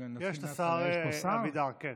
כן,